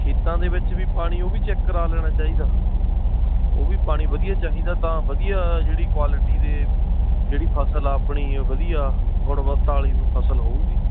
ਖੇਤਾਂ ਦੇ ਵਿੱਚ ਵੀ ਪਾਣੀ ਉਹ ਵੀ ਚੈੱਕ ਕਰਾ ਲੈਣਾ ਚਾਹੀਦਾ ਉਹ ਵੀ ਪਾਣੀ ਵਧੀਆ ਚਾਹੀਦਾ ਤਾਂ ਵਧੀਆ ਜਿਹੜੀ ਕੁਆਲਿਟੀ ਦੇ ਜਿਹੜੀ ਫਸਲ ਆ ਆਪਣੀ ਵਧੀਆ ਗੁਣਵੱਤਾ ਵਾਲੀ ਫਸਲ ਹੋਵੇਗੀ